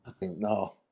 No